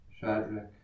Shadrach